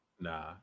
Nah